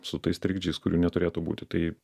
su tais trikdžiais kurių neturėtų būti tai